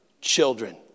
children